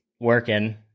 working